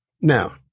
Now